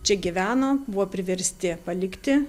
čia gyveno buvo priversti palikti